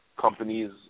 companies